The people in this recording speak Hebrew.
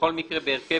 שבכל מקרה בהרכב